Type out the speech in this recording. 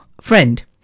friend